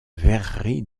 verrerie